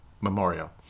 Memorial